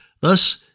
thus